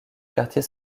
quartier